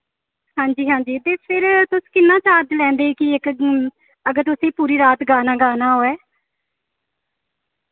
हांजी हांजी ते फिर तुस किन्ना चार्ज लैंदे कि इक अगर तुसें पूरी रात गाना गाना होऐ